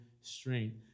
strength